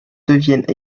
deviennent